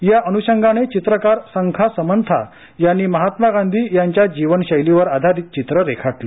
या अनुषंगाने चित्रकार संखा समंथा यांनी महात्मा गांधी यांच्या जीवनशैलीवर आधारित चित्रे रेखाटली